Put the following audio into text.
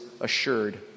assured